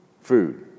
food